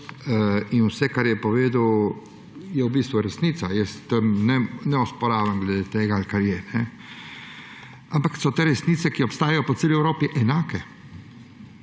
in vse, kar je povedal, je v bistvu resnica. Ne osporavam glede tega, kar je. Ampak so te resnice, ki obstajajo po celi Evropi, enake.